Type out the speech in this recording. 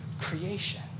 creation